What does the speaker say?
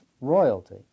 royalty